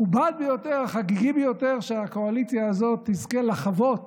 המכובד ביותר והחגיגי ביותר שהקואליציה הזאת תזכה לחוות